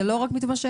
ולא רק מתמשך?